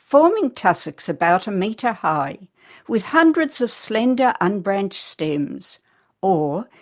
forming tussocks about a metre high with hundreds of slender unbranched stems or,